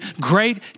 great